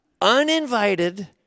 uninvited